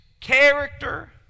character